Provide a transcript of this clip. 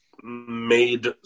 made